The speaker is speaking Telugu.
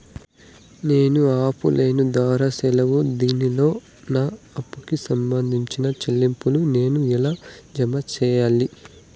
నేను ఆఫ్ లైను ద్వారా సెలవు దినాల్లో నా అప్పుకి సంబంధించిన చెల్లింపులు నేను ఎలా జామ సెయ్యాలి?